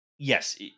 Yes